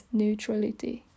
neutrality